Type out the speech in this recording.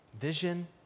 Vision